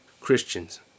Christians